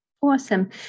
Awesome